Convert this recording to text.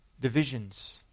Divisions